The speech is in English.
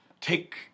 take